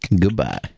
Goodbye